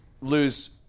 lose